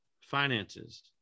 finances